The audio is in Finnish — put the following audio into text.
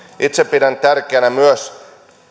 itse pidän tärkeänä myös